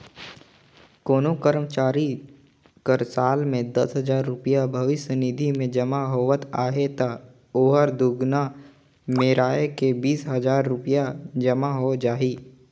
कोनो करमचारी कर साल में दस हजार रूपिया भविस निधि में जमा होवत अहे ता ओहर दुगुना मेराए के बीस हजार रूपिया जमा होए जाही